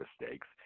mistakes